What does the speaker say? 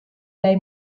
bei